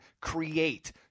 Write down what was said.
create